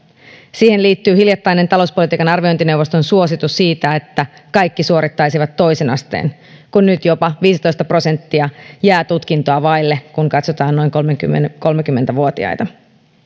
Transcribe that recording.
siihen liittyy hiljattainen talouspolitiikan arviointineuvoston suositus siitä että kaikki suorittaisivat toisen asteen kun nyt jopa viisitoista prosenttia jää tutkintoa vaille kun katsotaan noin kolmekymmentä kolmekymmentä vuotiaita